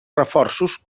reforços